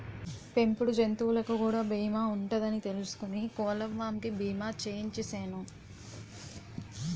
పెంపుడు జంతువులకు కూడా బీమా ఉంటదని తెలుసుకుని కోళ్ళపాం కి బీమా చేయించిసేను